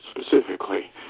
specifically